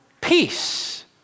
peace